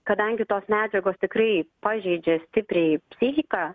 kadangi tos medžiagos tikrai pažeidžia stipriai psichiką